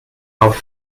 auf